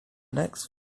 next